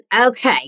Okay